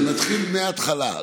אז אני מתחיל מההתחלה.